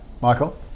michael